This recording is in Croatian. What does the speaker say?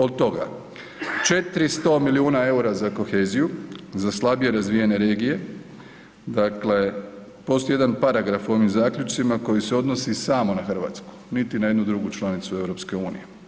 Od toga 400 milijuna EUR-a za koheziju, za slabije razvijene regije, dakle postoji jedan paragraf u ovim zaključcima koji se odnosi samo na RH, niti na jednu drugu članicu EU.